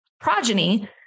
progeny